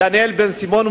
דניאל בן-סימון,